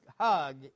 hug